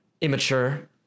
immature